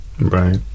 Right